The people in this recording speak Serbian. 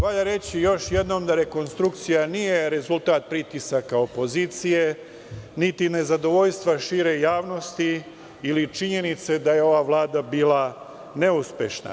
Valja reći, još jednom, da rekonstrukcija nije rezultat pritisaka opozicije, niti nezadovoljstva šire javnosti ili činjenice da je ova vlada bila neuspešna.